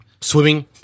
swimming